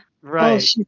Right